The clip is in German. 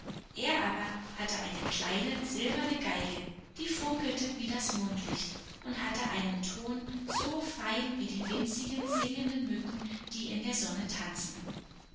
er aber hatte eine kleine silberne geige die funkelte wie das mondlicht und hatte einen ton so fein wie die winzigen singenden mücken die in der sonne tanzen